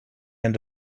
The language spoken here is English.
end